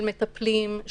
של מטפלים,